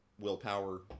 willpower